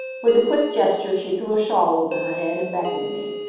with a quick gesture she threw a shawl over her head, and beckoned me.